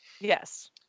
Yes